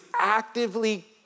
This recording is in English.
actively